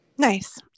Nice